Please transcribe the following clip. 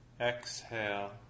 exhale